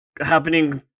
happening